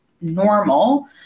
normal